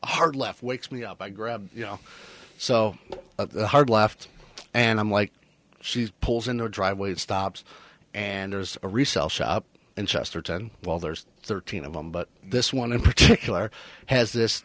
hard left wakes me up i grab you know so hard left and i'm like she's pulls in the driveway and stops and there's a resale shop and chesterton while there's thirteen of them but this one in particular has this